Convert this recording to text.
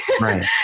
right